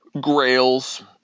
grails